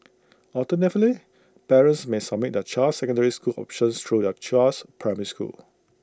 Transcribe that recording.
alternatively parents may submit their child's secondary school options through their child's primary school